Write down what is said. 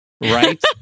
Right